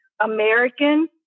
American